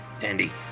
andy